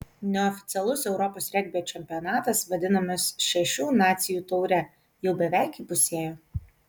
neoficialus europos regbio čempionatas vadinamas šešių nacijų taure jau beveik įpusėjo